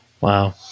wow